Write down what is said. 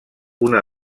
una